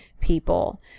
people